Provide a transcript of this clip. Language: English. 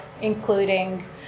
including